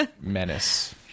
menace